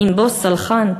עם בוס סלחן.